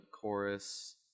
chorus